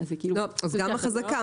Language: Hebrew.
גם החזקה.